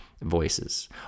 voices